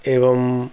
ଏବଂ